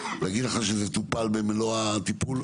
להגיד לך שזה טופל במלוא הטיפול?